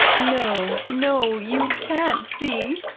no, no, you can't see!